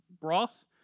broth